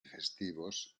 festivos